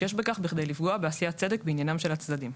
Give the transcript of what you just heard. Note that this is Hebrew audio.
שיש בכך כדי לפגוע בעשיית צדק בעניינם של הצדדים.